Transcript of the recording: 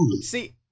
See